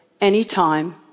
anytime